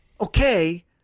Okay